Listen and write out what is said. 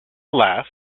laugh